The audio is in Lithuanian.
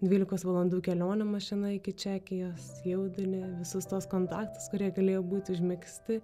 dvylikos valandų kelionę mašina iki čekijos jaudulį visus tuos kontaktus kurie galėjo būti užmegzti